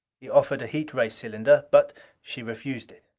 he proffered a heat ray cylinder but she refused it.